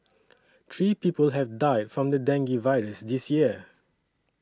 three people have died from the dengue virus this year